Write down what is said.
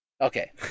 okay